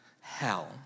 hell